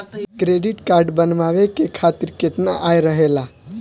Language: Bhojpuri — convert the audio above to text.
क्रेडिट कार्ड बनवाए के खातिर केतना आय रहेला?